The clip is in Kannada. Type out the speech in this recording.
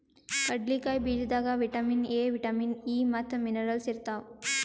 ಕಡ್ಲಿಕಾಯಿ ಬೀಜದಾಗ್ ವಿಟಮಿನ್ ಎ, ವಿಟಮಿನ್ ಇ ಮತ್ತ್ ಮಿನರಲ್ಸ್ ಇರ್ತವ್